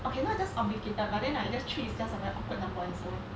okay not just obligated but then like just three is just awk~ awkward number on its own